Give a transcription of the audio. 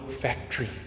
factory